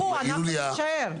הם ילכו, אנחנו נישאר.